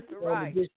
right